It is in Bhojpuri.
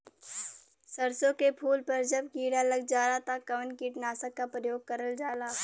सरसो के फूल पर जब किड़ा लग जाला त कवन कीटनाशक क प्रयोग करल जाला?